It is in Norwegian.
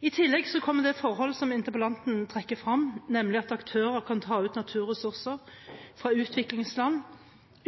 I tillegg kommer det forhold som interpellanten trekker frem, nemlig at aktører kan ta ut naturressurser fra utviklingsland